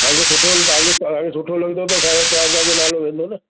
तव्हांखे सुठो ल तव्हांखे सुठो लॻंदो त असांजो चारि जॻह नालो वेंदो न